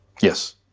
yes